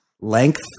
length